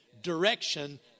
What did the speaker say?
direction